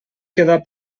quedar